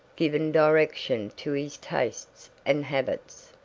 given direction to his tastes and habits.